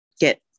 get